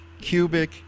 cubic